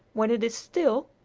when it is still,